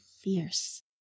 fierce